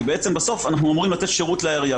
בסוף אנחנו אמורים לתת שירות לעירייה,